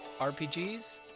RPGs